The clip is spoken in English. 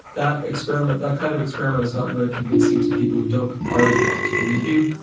that experiment, that kind of experiment is not very convincing to people who don't already want to believe you.